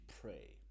pray